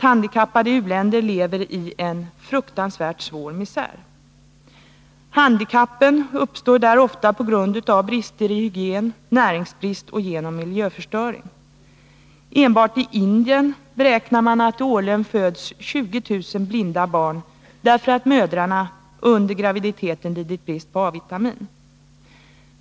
Handikappade i u-länder lever i en fruktansvärt svår misär. Handikappen uppstår där ofta på grund av brister i hygien, på grund av näringsbrist och på grund av miljöförstöring. Enbart för Indien beräknar man att det årligen föds 20 000 blinda barn, därför att mödrarna under graviditeten lidit brist på A-vitamin.